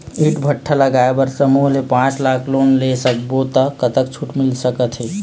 ईंट भट्ठा लगाए बर समूह ले पांच लाख लाख़ लोन ले सब्बो ता कतक छूट मिल सका थे?